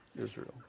Israel